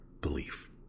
belief